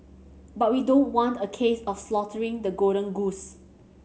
but we don't want a case of slaughtering the golden goose